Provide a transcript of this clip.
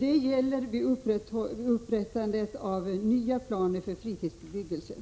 Detta gäller vid upprättandet av nya planer för fritidsbebyggelse